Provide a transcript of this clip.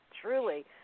Truly